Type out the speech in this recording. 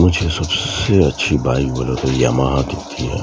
مجھے سب سے اچھی بائک بولے تو یاماہا دکھتی ہے